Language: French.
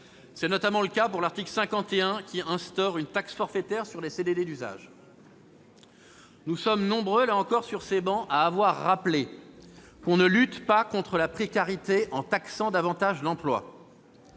C'est notamment le cas pour l'article 51, qui instaure une taxe forfaitaire sur les CDD d'usage. Nous sommes nombreux sur ces travées à avoir rappelé qu'on ne lutte pas contre la précarité en taxant davantage l'emploi.